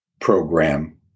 program